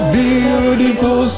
beautiful